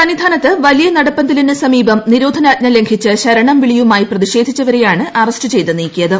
സ്സ്നീധാനത്ത് വലിയ നടപ്പന്തലിനു സമീപം നിരോധനാജ്ഞ ലംഘിച്ച് ശ്ര്ണം വിളിയുമായി പ്രതിഷേധിച്ചവരെയാണ് അറസ്റ്റ് ചെയ്ത് നീക്കിയത്